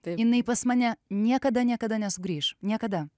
taip jinai pas mane niekada niekada nesugrįš niekada